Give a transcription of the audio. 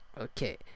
okay